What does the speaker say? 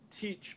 teach